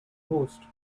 host